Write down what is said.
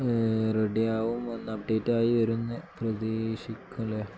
ready ആകും ഒന്ന് അപ്ഡേറ്റായി വരുന്ന പ്രതീക്ഷിക്കാമല്ലേ